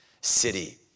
city